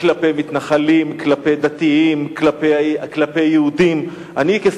אני אומר לכם,